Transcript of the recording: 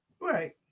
Right